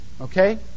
Okay